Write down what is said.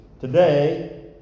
today